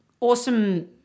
awesome